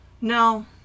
No